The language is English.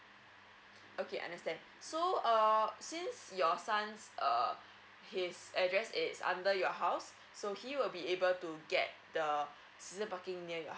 okay understand so err since your sons (rr) his address is under your house so he will be able to get the season parking near your house